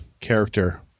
character